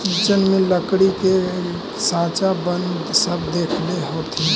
kitchen में लकड़ी के साँचा सब देखले होथिन